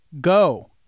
Go